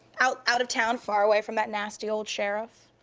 out out of town, far away from that nasty old sheriff.